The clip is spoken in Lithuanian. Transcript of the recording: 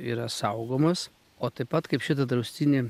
yra saugomos o taip pat kaip šitą draustinį